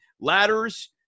ladders